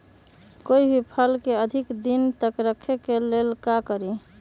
कोई भी फल के अधिक दिन तक रखे के ले ल का करी?